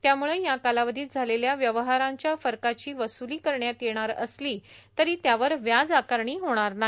त्यामुळं या कालावधीत झालेल्या व्यवहारांच्या फरकाची वसुली करण्यात येणार असली तरी त्यावर व्याज आकारणी होणार नाही